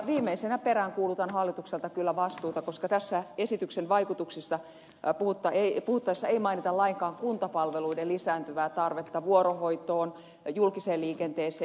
viimeisenä peräänkuulutan hallitukselta kyllä vastuuta koska tässä esityksen vaikutuksista puhuttaessa ei mainita lainkaan kuntapalveluiden lisääntyvää tarvetta vuorohoitoon ja julkiseen liikenteeseen